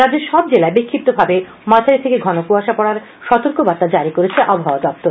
রাজ্যের সবজেলায় বিষ্ফিপ্তভাবে মাঝারি থেকে ঘন কুয়াশা পড়ার সতর্কতা জারি করেছে আবহাওয়া দপ্তর